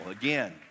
again